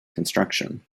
construction